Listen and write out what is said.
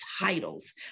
titles